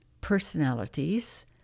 personalities